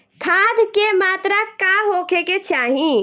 खाध के मात्रा का होखे के चाही?